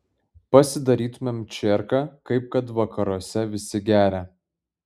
pasidarytumėm čerką kaip kad vakaruose visi geria